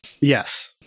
Yes